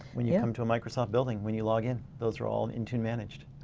when you come to a microsoft building, when you log in those are all intune managed.